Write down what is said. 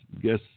guess